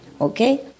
okay